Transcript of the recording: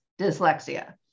dyslexia